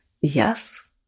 Yes